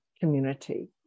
community